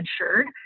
insured